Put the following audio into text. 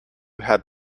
had